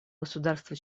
государства